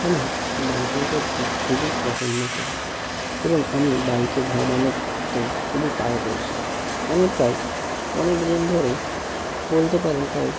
আমি বাইকিং করতে খুবই পছন্দ করি এবং আমি বাইকে ভ্রমণেতেও খুবই পারদর্শী আমি প্রায় অনেক দিন ধরেই বলতে পারেন প্রায়